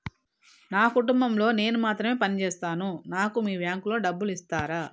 నా కుటుంబం లో నేను మాత్రమే పని చేస్తాను నాకు మీ బ్యాంకు లో డబ్బులు ఇస్తరా?